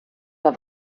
der